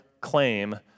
claim